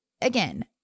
again